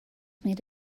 made